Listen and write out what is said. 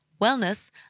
wellness